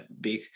big